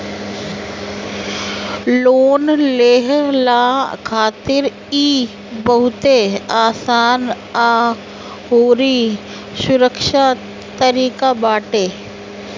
loan लेहला खातिर इ बहुते आसान अउरी सुरक्षित तरीका बाटे